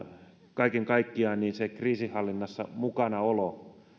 kaiken kaikkiaan kriisinhallinnassa mukanaolo